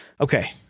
okay